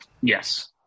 Yes